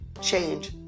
change